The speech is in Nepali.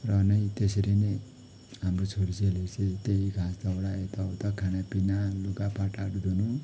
र नै त्यसरी नै हाम्रो छोरी चेलीहरू चाहिँ त्यही घाँस दाउरा यता उता खाना पिना लुगा फाटाहरू धुनु